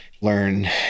learn